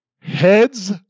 heads